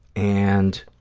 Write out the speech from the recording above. and